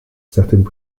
certaines